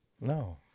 No